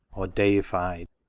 or deified!